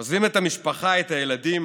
עוזבים את המשפחה, את הילדים,